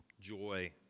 joy